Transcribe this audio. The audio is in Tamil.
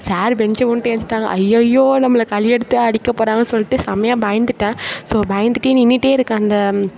சார் பென்ஞ்சை விட்டு எழுஞ்சிட்டாங்க ஐய்யய்யோ நம்மள கலி எடுத்து அடிக்க போகிறாங்கன்னு சொல்லிட்டு செமையா பயந்துவிட்டேன் ஸோ பயந்துகிட்டே நின்றுட்டேருக்கேன் அந்த